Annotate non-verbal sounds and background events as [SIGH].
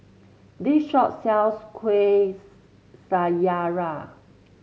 this shop sells Kuih [UNINTELLIGIBLE] Syara